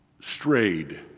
strayed